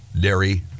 dairy